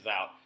out